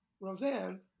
Roseanne